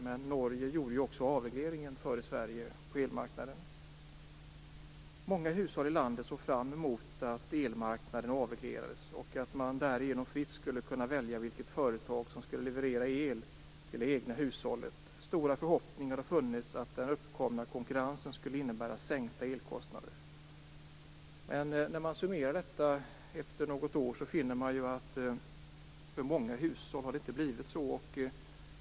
Men avregleringen av elmarknaden i Norge genomfördes också innan den genomfördes i Sverige. Många hushåll i landet såg fram emot att elmarknaden skulle avregleras. Därigenom skulle de fritt kunna välja vilket företag som skulle leverera el till det egna hushållet. Stora förhoppningar har funnits om att konkurrensen skulle innebära sänkta elkostnader. Men när man summerar detta efter något år finner man ju att det för många hushåll inte har blivit så här.